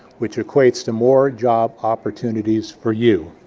which equates to more job opportunities for you.